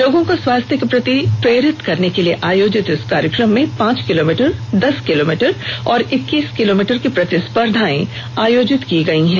लोगों को स्वास्थ्य के प्रति प्रेरित करने के लिए आयोजित इस कार्यक्रम में पांच किलोमीटर दस किलोमीटर और इक्कीस किलोमीटर की प्रतिस्पद्धा आयोजित की गई है